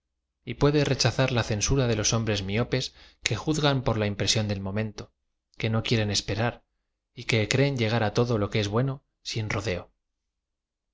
y puede rechazar la censura de los hombrea miopes que iazgan por la impresión del momento que no quieren esperar y que creen llegar á todo lo que es bueno sin rodeo